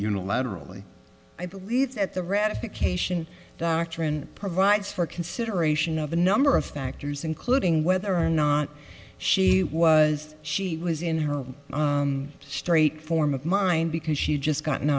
unilaterally i believe at the ratification doctrine provides for consideration of a number of factors including whether or not she was she was in her straight form of mind because she had just gotten